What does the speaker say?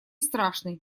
страшный